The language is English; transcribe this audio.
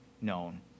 known